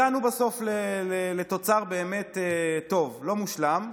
הגענו בסוף לתוצר טוב, לא מושלם,